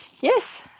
Yes